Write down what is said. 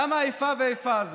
למה האיפה ואיפה הזאת?